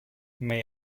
may